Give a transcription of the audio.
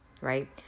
right